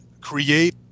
create